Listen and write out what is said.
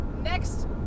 Next